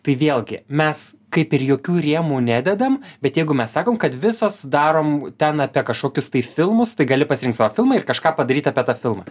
tai vėlgi mes kaip ir jokių rėmų nededam bet jeigu mes sakom kad visos darom ten apie kažkokius tai filmus tai gali pasirinkt savo filmą ir kažką padaryt apie tą filmą